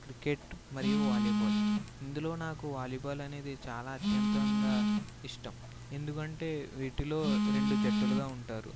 cricket మరియు volleyball ఇందులో నాకు వాలీబాల్ అనేది చాలా అత్యంతంగా ఇష్టం ఎందుకంటే వీటిలో రెండు జట్టులుగా ఉంటారు